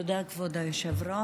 תודה, כבוד היושב-ראש.